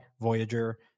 Voyager